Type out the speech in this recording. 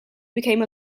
became